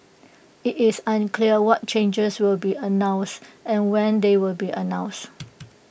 IT is unclear what changes will be announced and when they will be announced